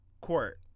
Court